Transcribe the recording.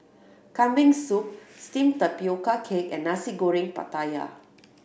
Kambing Soup steamed tapioca cake and Nasi Goreng Pattaya